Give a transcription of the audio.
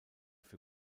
für